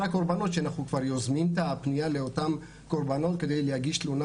הקורבנות ואנחנו יוזמים את הפנייה לאותם קורבנות כדי להגיש תלונה